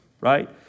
right